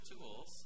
tools